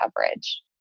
coverage